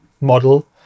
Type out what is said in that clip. model